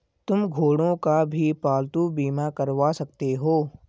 तुम घोड़ों का भी पालतू बीमा करवा सकते हो